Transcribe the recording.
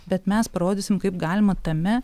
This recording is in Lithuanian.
bet mes parodysim kaip galima tame